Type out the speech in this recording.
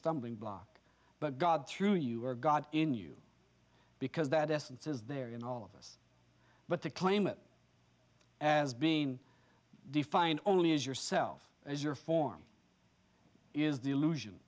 stumbling block but god through you are god in you because that essence is there in all of us but to claim it as being defined only as yourself as your form is the illusion